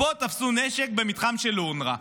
פה תפסו נשק במתחם של אונר"א,